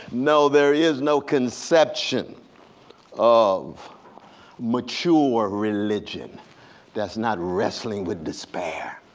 no, there is no conception of mature religion that's not wrestling with despair,